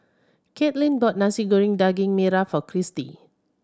Katelin bought Nasi Goreng Daging Merah for Kristy